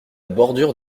bordure